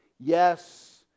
Yes